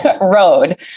road